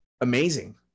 amazing